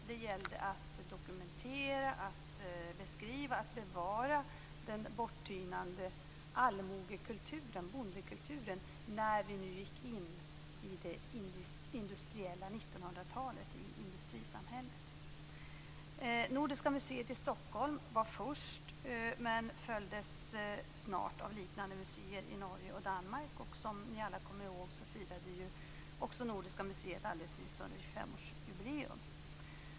Det gällde att dokumentera, att beskriva och att bevara den borttynande allmogekulturen, bondekulturen, när vi gick in i det industriella 1900-talet, i industrisamhället. Nordiska museet i Stockholm var först men följdes snart av liknande museer i Norge och Danmark. Som ni alla kommer ihåg firade Nordiska museet alldeles nyligen 125-årsjubileum.